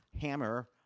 Hammer